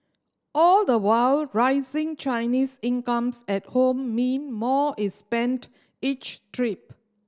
all the while rising Chinese incomes at home mean more is spent each trip